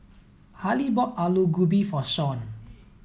Hali bought Alu Gobi for Sean